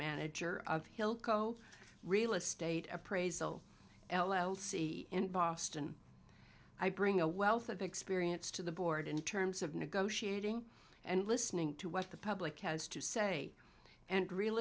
manager of hill co real estate appraisal l l c in boston i bring a wealth of experience to the board in terms of negotiating and listening to what the public has to say and real